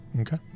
Okay